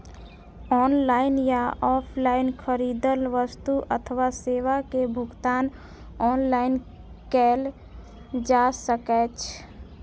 online या offline खरीदल वस्तु अथवा सेवा के भुगतान ऑनलाइन कैल जा सकैछ